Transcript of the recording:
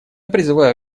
призываю